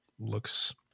looks